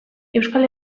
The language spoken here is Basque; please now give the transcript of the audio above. euskal